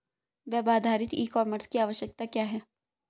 Web आधारित e commerce की आवश्यकता क्या है?